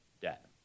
debt